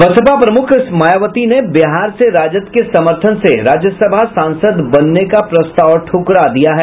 बसपा प्रमुख मायावती ने बिहार से राजद के समर्थन से राज्यसभा सांसद बनने का प्रस्ताव ठुकरा दिया है